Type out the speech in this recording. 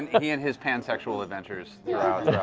he and his pansexual adventures throughout